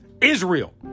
israel